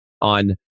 on